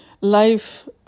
life